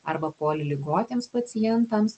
arba poliligotiems pacientams